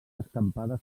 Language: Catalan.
escampades